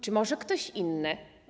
Czy może ktoś inny?